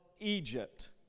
Egypt